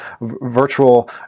virtual